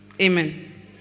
Amen